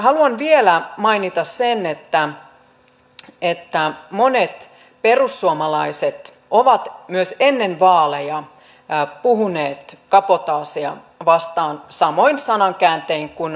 haluan vielä mainita sen että monet perussuomalaiset ovat myös ennen vaaleja puhuneet kabotaasia vastaan samoin sanakääntein kuin me nyt tässä